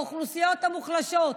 האוכלוסיות המוחלשות.